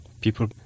People